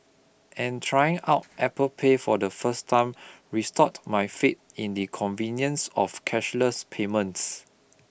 and trying out Apple Pay for the first time restored my faith in the convenience of cashless payments